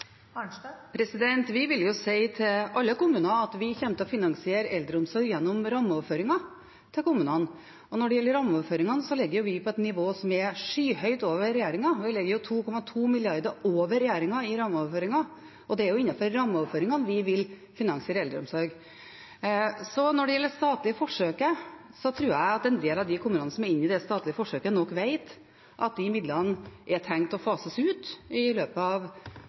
Vi vil si til alle kommuner at vi kommer til å finansiere eldreomsorgen gjennom rammeoverføringer til kommunene. Og når det gjelder rammeoverføringene, ligger vi på et nivå som er skyhøyt over regjeringens; vi ligger 2,2 mrd. kr over regjeringen i rammeoverføringer. Det er innenfor rammeoverføringene vi vil finansiere eldreomsorgen. Når det gjelder det statlige forsøket, tror jeg at en del av de kommunene som er inne i dette forsøket, nok vet at disse midlene er tenkt å fases ut fram mot 2023, og at de også har forberedt seg på det. Jeg vet at i